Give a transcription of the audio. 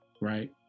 right